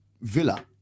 Villa